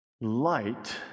light